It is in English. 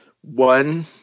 one